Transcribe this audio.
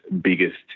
biggest